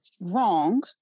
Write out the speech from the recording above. wrong